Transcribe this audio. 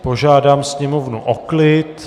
Požádám sněmovnu o klid!